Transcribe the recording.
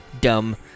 dumb